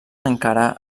encara